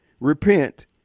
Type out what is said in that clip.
repent